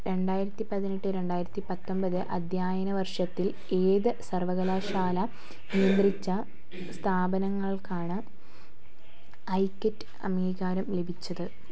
രണ്ടായിരത്തി പതിനെട്ട് രണ്ടായിരത്തി പത്തൊൻപത് അധ്യയന വർഷത്തിൽ ഏത് സർവകലാശാല നിയന്ത്രിച്ച സ്ഥാപനങ്ങൾക്കാണ് ഐ ടെക് അംഗീകാരം ലഭിച്ചത്